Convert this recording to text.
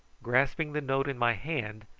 grasping the note in my hand,